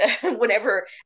Whenever